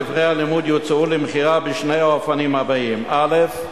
ספרי הלימוד יוצעו למכירה בשני האופנים הבאים: א.